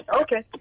okay